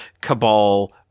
Cabal